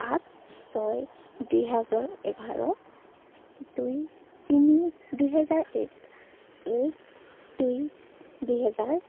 পাঁচ ছয় দুই হাজাৰ এঘাৰ দুই তিনি দুহেজাৰ এক এক দুই দুই হেজাৰ